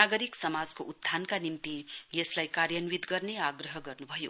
नागरिक समाजको उत्थानका निम्ति यसलाई कार्यानिव्ति गर्ने आग्रह गर्नुभयो